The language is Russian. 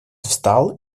встал